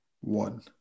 One